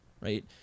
right